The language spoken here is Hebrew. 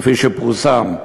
כפי שפורסם.